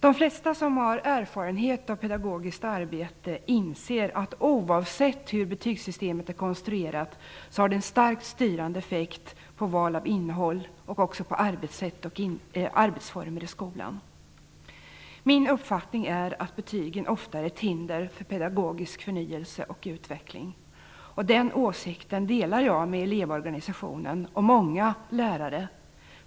De flesta som har erfarenhet av pedagogiskt arbete inser att oavsett hur betygssystemet är konstruerat så har det en starkt styrande effekt på val av innehåll och också på arbetssätt och arbetsformer i skolan. Min uppfattning är att betygen ofta är ett hinder för pedagogisk förnyelse och utveckling. Den åsikten delar jag med Elevorganisationen och med många lärare.